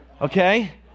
Okay